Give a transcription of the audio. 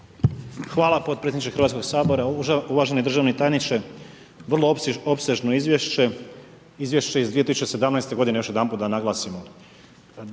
Hvala potpredsjedniče Hrvatskog sabora. Uvaženi državni tajniče, vrlo opsežno izvješće, izvješće iz 2017. g. još jedanput da naglasimo